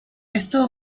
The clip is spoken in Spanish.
esto